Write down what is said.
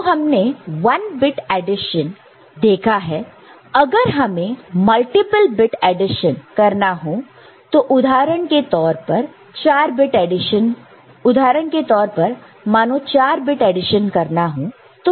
तो अब हमने 1 बिट एडिशन देखा है अगर हमें मल्टीपल बिट एडिशन करना हो तो उदाहरण के तौर पर 4 बिट एडिशन करना हो तो कैसे करेंगे